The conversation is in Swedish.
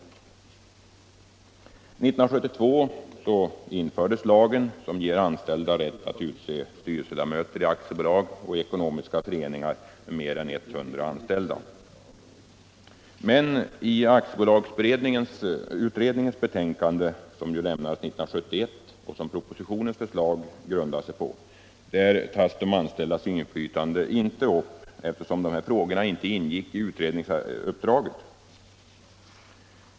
1972 infördes lagen som ger anställda rätt att utse styrelseledamöter i aktiebolag och ekonomiska föreningar med mer än 100 anställda. Men i aktiebolagsutredningens betänkande, som avlämnades 1971 och som propositionens förslag grundar sig på, tas de anställdas inflytande inte upp, eftersom dessa frågor ej ingick i utredningsuppdraget.